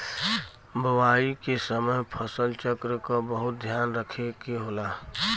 बोवाई के समय फसल चक्र क बहुत ध्यान रखे के होला